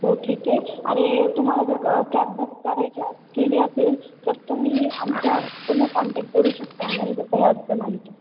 हो ठीक आहे आणि तुम्हाला जर कॅब बुक करायची केली असेल तर तुम्ही आमच्या पुन्हा कॉन्टॅक्ट करू शकता आम्हाला जर काही अडचण आली तर